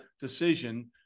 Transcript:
decision